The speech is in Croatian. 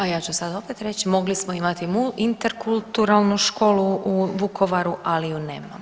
A ja ću sad opet reći mogli smo imati mul interkulturalnu školu u Vukovaru, ali ju nemamo.